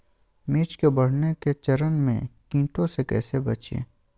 मिर्च के बढ़ने के चरण में कीटों से कैसे बचये?